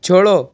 छोड़ो